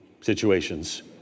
situations